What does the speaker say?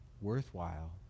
worthwhile